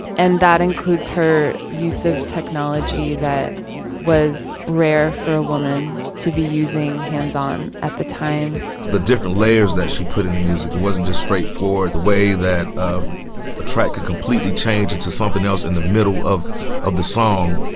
and that includes her use of technology that was rare for a woman to be using hands on at the time the different layers that she put in the music, it wasn't a straightforward the way that the um track had and completely changed to something else in the middle of of the song,